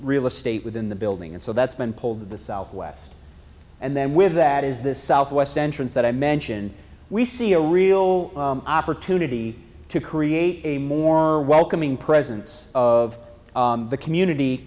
real estate within the building and so that's been pulled to the southwest and then we have that is the southwest entrance that i mentioned we see a real opportunity to create a more welcoming presence of the community